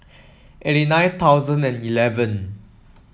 eighty nine thousand and eleven